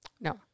No